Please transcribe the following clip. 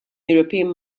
european